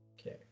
Okay